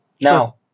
Now